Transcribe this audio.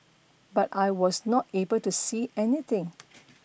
but I was not able to see anything